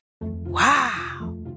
Wow